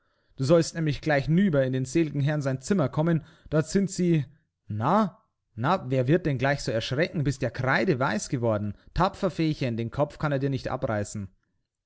du sollst nämlich gleich nüber in dem sel'gen herrn sein zimmer kommen dort sind sie na na wer wird denn gleich so erschrecken bist ja kreideweiß geworden tapfer feechen den kopf kann er dir nicht abreißen